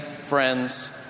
friends